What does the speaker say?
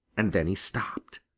and then he stopped.